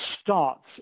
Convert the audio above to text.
starts